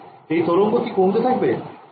এই তরঙ্গ কি কমতে থাকবে